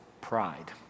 pride